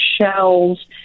shells